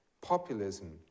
populism